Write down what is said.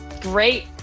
great